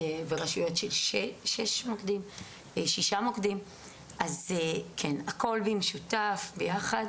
ואני כאילו ממבט על בעצם משגיח ורואה שהכל מתנהל כפי שהגדרנו בדירקטיבה